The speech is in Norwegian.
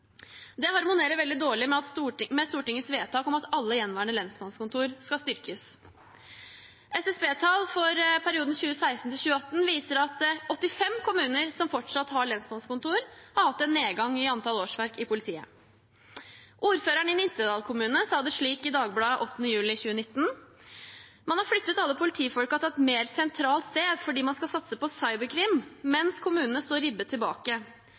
Det harmonerer veldig dårlig med Stortingets vedtak om at alle gjenværende lensmannskontor skal styrkes. SSB-tall for perioden 2016–2018 viser at 85 kommuner som fortsatt har lensmannskontor, har hatt en nedgang i antall årsverk i politiet. Ordføreren i Nittedal kommune sa det slik i Dagbladet den 8. juli 2019: «Man har flyttet alle politifolka til et mer sentralt sted fordi man skal satse på cyberkrim, mens kommunene står ribbet tilbake.